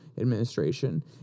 administration